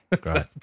great